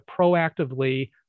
proactively